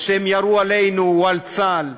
או שהם ירו עלינו או על צה"ל.